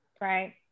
Right